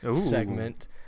segment